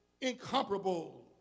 incomparable